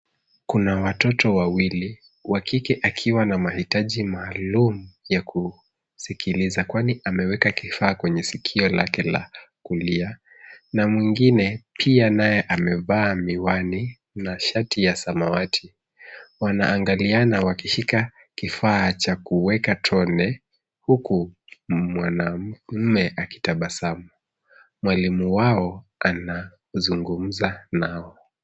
Kuna watoto wawili, wa kike akiwa na mahitaji maalumu ya kusikiliza kwani ameweka kifaa kwenye sikio lake la kulia na mwingine pia amevaa miwani na shati ya samawati. Wanaangaliana wakishika kifua cha kuweka tone huku mwanamume akitabasamu. Mwalimu wao anazungumza nao.